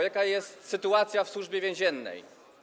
Jaka jest sytuacja w Służbie Więziennej?